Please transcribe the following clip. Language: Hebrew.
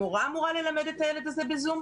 המורה אמורה ללמד את הילד הזה בזום.